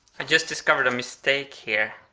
i just discovered a mistake here.